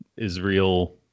Israel